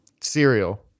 cereal